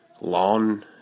lawn